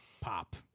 pop